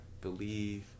believe